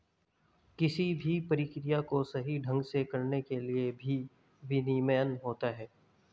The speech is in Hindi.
किसी भी प्रक्रिया को सही ढंग से करने के लिए भी विनियमन होता है